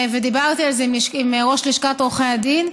ודיברתי על זה עם ראש לשכת עורכי הדין,